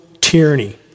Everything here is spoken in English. tyranny